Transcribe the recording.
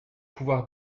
pouvoir